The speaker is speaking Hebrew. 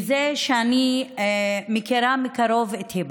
והוא שאני מכירה מקרוב את היבה,